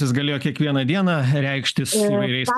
jis galėjo kiekvieną dieną reikštis įvairiais